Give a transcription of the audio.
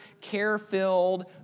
care-filled